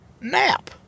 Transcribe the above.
nap